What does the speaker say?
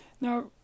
Now